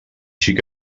xic